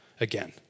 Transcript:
again